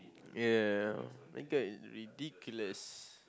ya like that is ridiculous